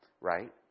right